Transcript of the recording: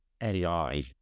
AI